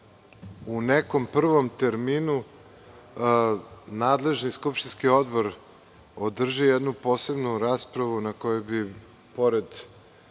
u nekom prvom terminu nadležni skupštinski odbor održi jednu posebnu raspravu na kojoj bi pored